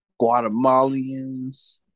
Guatemalans